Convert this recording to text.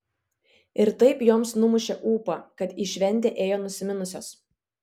ir taip joms numušė ūpą kad į šventę ėjo nusiminusios